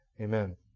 Amen